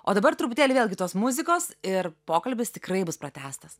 o dabar truputėlį vėlgi tos muzikos ir pokalbis tikrai bus pratęstas